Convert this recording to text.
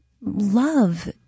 love